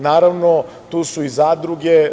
Naravno, tu su i zadruge.